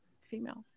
females